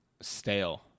stale